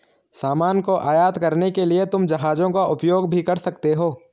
सामान को आयात करने के लिए तुम जहाजों का उपयोग भी कर सकते हो